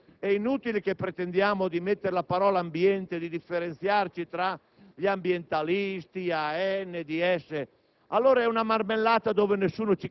niente. Se si va avanti così, è inutile che pretendiamo di mettere la parola ambiente, di differenziarci tra ambientalisti, AN, PD